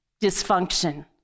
dysfunction